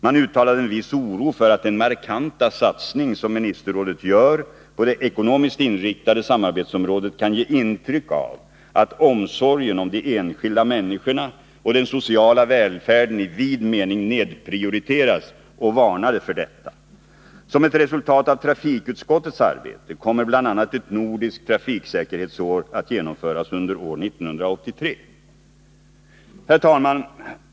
Man uttalade en viss oro för att den markanta satsning som ministerrådet gör på det ekonomiskt inriktade samarbetsområdet kan ge intryck av att omsorgen om de enskilda människorna och den sociala välfärden i vid mening nedprioriteras, och man varnade för detta. Som ett resultat av trafikutskottets arbete kommer bl.a. ett nordiskt trafiksäkerhetsår att genomföras år 1983. Herr talman!